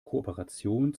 kooperation